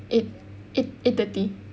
eight eight eight thirty